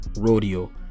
Rodeo